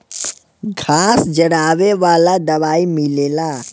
घास जरावे वाला दवाई मिलेला